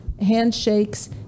handshakes